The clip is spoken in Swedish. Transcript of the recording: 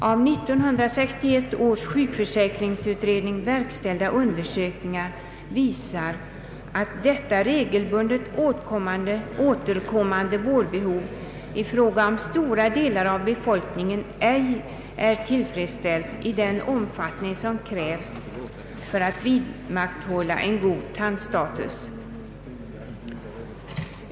Av 1961 års sjukvårdsförsäkringsutredning verkställda undersökningar visar att detta regelbundet återkommande vårdbehov i fråga om stora delar av befolkningen ej är tillfredsställt i den omfattning som krävs för att vidmakthålla en god tandstatus.